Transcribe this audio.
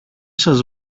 σας